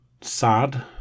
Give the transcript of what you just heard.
sad